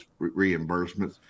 reimbursements